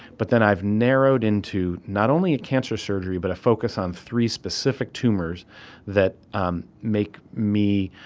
but then i've narrowed into not only in cancer surgery but a focus on three specific tumors that um make me,